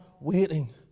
waiting